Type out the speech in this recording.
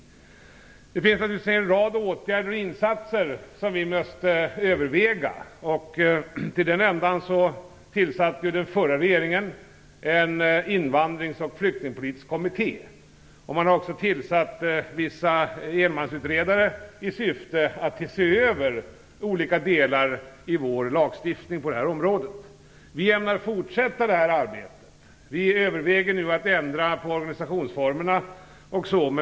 Det finns en rad åtgärder och insatser som vi måste överväga. Till den ändan tillsatte den förra regeringen en invandrings och flyktingspolitisk kommitté. Den har också tillsatt vissa enmansutredare som skall se över olika delar av vår lagstiftning på detta område. Vi ämnar fortsätta detta arbete och överväger nu att ändra på organisationsformerna.